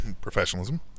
professionalism